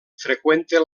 freqüenta